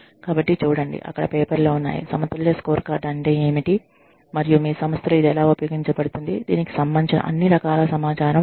కాబట్టి చూడండి అక్కడ పేపర్లు ఉన్నాయి సమతుల్య స్కోర్కార్డ్ అంటే ఏమిటి మరియు మీ సంస్థలో ఇది ఎలా ఉపయోగించబడుతుంది దీనికి సంబంధించిన అన్ని రకాల సమాచారం ఉంది